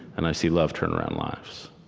and i see love turn around lives.